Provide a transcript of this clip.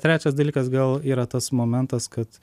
trečias dalykas gal yra tas momentas kad